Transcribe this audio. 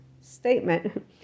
statement